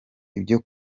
ibyo